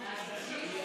נתקבלו.